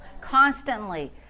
constantly